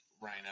rhino